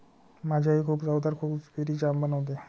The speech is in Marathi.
माझी आई खूप चवदार गुसबेरी जाम बनवते